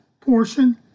portion